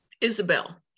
Isabel